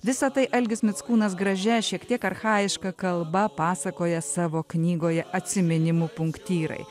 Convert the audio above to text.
visa tai algis mickūnas gražia šiek tiek archajiška kalba pasakoja savo knygoje atsiminimų punktyrai